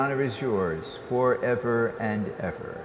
honor is yours for ever and ever